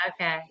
Okay